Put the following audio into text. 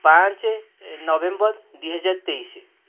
ପାଞ୍ଚ ନଭେମ୍ୱର ଦୁଇହଜାର ତେଇଶ